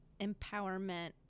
empowerment